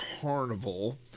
Carnival